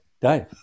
Dave